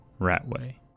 Ratway